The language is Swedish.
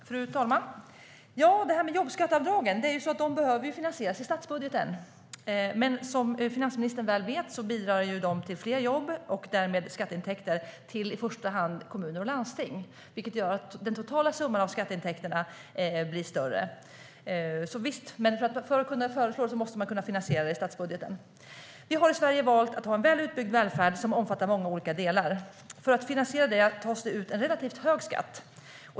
Fru talman! När det gäller jobbskatteavdragen behöver de finansieras i statsbudgeten, men som finansministern väl vet bidrar de till fler jobb och därmed skatteintäkter till i första hand kommuner och landsting, vilket gör att den totala summan av skatteintäkterna blir större. Men visst, för att kunna föreslå det måste man kunna finansiera det i statsbudgeten. Vi har i Sverige valt att ha en väl utbyggd välfärd som omfattar många olika delar. För att finansiera detta tas det ut en relativt hög skatt.